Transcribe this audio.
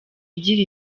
igira